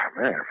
Man